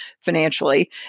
financially